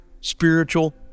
spiritual